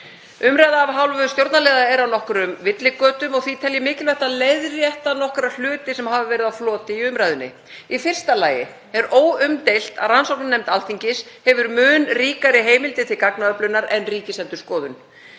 Umræða af hálfu stjórnarliða er á nokkrum villigötum og því tel ég mikilvægt að leiðrétta nokkra hluti sem hafa verið á floti í umræðunni. Í fyrsta lagi er óumdeilt að rannsóknarnefnd Alþingis hefur mun ríkari heimildir til gagnaöflunar en Ríkisendurskoðun.